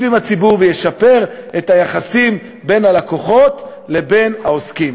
עם הציבור וישפר את היחסים בין הלקוחות לבין העוסקים.